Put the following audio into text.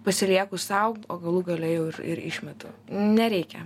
pasilieku sau o galų gale jau ir ir išmetu nereikia